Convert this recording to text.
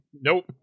Nope